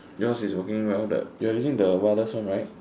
yours is working well you're using the wireless one right